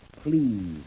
Please